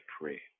pray